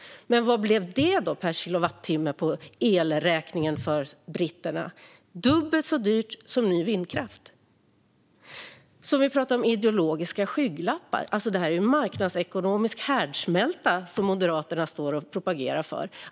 Men vad blev det per kilowatttimme på elräkningen för britterna? Jo, dubbelt så dyrt som ny vindkraft. Ska vi prata ideologiska skygglappar är det en marknadsekonomisk härdsmälta som Moderaterna propagerar för.